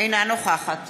אינה נוכחת